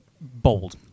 bold